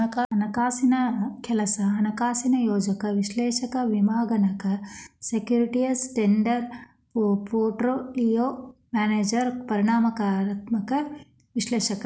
ಹಣಕಾಸಿನ್ ಕೆಲ್ಸ ಹಣಕಾಸಿನ ಯೋಜಕ ವಿಶ್ಲೇಷಕ ವಿಮಾಗಣಕ ಸೆಕ್ಯೂರಿಟೇಸ್ ಟ್ರೇಡರ್ ಪೋರ್ಟ್ಪೋಲಿಯೋ ಮ್ಯಾನೇಜರ್ ಪರಿಮಾಣಾತ್ಮಕ ವಿಶ್ಲೇಷಕ